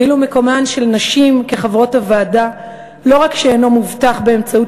ואילו מקומן של נשים כחברות הוועדה לא רק שאינו מובטח באמצעות